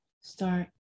start